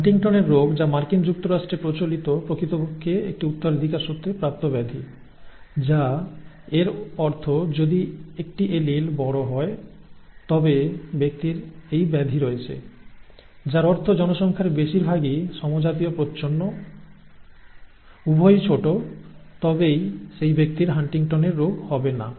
হান্টিংটনের রোগ যা মার্কিন যুক্তরাষ্ট্রে প্রচলিত প্রকৃতপক্ষে একটি উত্তরাধিকার সূত্রে প্রাপ্ত ব্যাধি যা এর অর্থ যদি একটি এলিল বড় হয় তবে ব্যক্তির এই ব্যাধি রয়েছে যার অর্থ জনসংখ্যার বেশিরভাগই সমজাতীয় প্রচ্ছন্ন উভয়ই ছোট তবেই সেই ব্যক্তির হান্টিংটনের রোগ হবে না